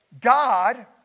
God